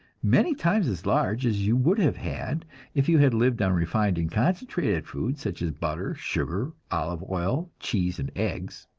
many times as large as you would have had if you had lived on refined and concentrated foods such as butter, sugar, olive oil, cheese and eggs.